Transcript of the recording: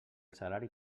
salari